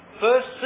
First